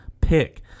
pick